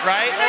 Right